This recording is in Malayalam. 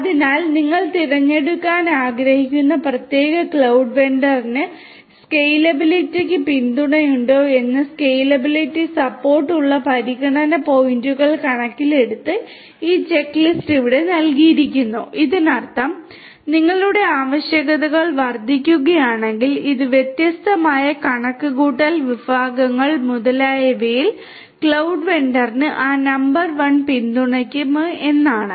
അതിനാൽ നിങ്ങൾ തിരഞ്ഞെടുക്കാൻ ആഗ്രഹിക്കുന്ന പ്രത്യേക ക്ലൌഡ് വെണ്ടറിന് സ്കേലബിലിറ്റിക്ക് പിന്തുണയുണ്ടോ എന്ന് സ്കേലബിളിറ്റി സപ്പോർട്ട് പോലുള്ള പരിഗണന പോയിന്റുകൾ കണക്കിലെടുത്ത് ഈ ചെക്ക്ലിസ്റ്റ് ഇവിടെ നൽകിയിരിക്കുന്നു ഇതിനർത്ഥം നിങ്ങളുടെ ആവശ്യകതകൾ വർദ്ധിക്കുകയാണെങ്കിൽ ഈ വ്യത്യസ്തമായ കണക്കുകൂട്ടൽ വിഭവങ്ങൾ മുതലായവയിൽ ക്ലൌഡ് വെണ്ടറിന് ആ നമ്പർ വൺ പിന്തുണയ്ക്കാൻ കഴിയുമോ എന്നാണ്